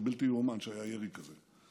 זה בלתי יאומן שהיה ירי כזה,